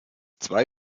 zwei